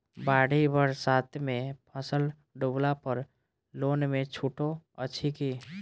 बाढ़ि बरसातमे फसल डुबला पर लोनमे छुटो अछि की